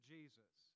Jesus